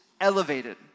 elevated